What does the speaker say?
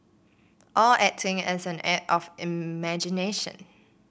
all acting is an act of imagination